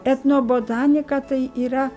etnobotanika tai yra